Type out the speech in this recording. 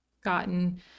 gotten